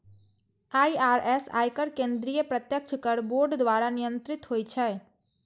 IRS, आयकर केंद्रीय प्रत्यक्ष कर बोर्ड द्वारा नियंत्रित होइ छै